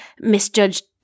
misjudged